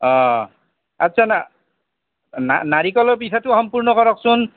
অঁ আচ্ছা না নাৰিকলৰ পিঠাটো সম্পূৰ্ণ কৰকচোন